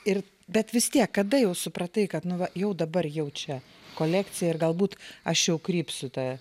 ir bet vis tiek kada jau supratai kad nu va jau dabar jau čia kolekcija ir galbūt aš jau krypstu ta